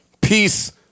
Peace